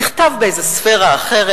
נכתב באיזה ספירה אחרת.